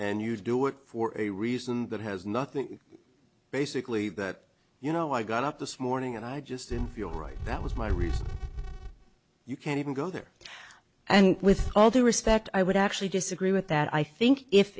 and you do it for a reason that has nothing basically that you know i got up this morning and i just didn't feel right that was my reason you can't even go there and with all due respect i would actually disagree with that i think if